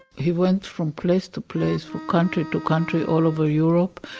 he went from place to place, from country to country, all over europe.